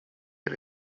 had